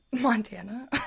Montana